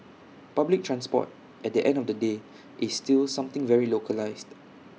public transport at the end of the day is still something very localised